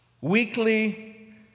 weekly